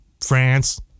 France